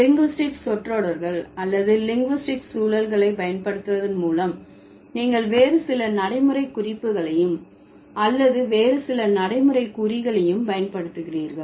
linguistic சொற்றொடர்கள் அல்லது linguistic சூழல்களை பயன்படுத்துவதன் மூலம் நீங்கள் வேறு சில நடைமுறை குறிப்புகளையும் அல்லது வேறு சில நடைமுறை குறிகளையும் பயன்படுத்துகிறீர்கள்